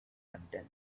content